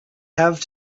have